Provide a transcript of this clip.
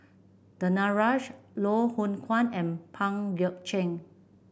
Danaraj Loh Hoong Kwan and Pang Guek Cheng